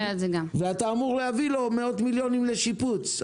ואתה אמור להביא לו מאות מיליונים לשיפוץ.